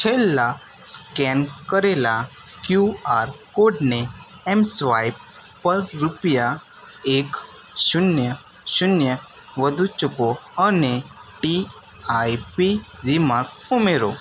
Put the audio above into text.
છેલ્લા સ્કેન કરેલા કયુઆર કોડને એમ સ્વાઈપ પર રૂપિયા એક શૂન્ય શૂન્ય વધુ ચૂકવો અને ટીઆઈપી રીમાર્ક ઉમેરો